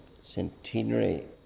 centenary